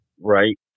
right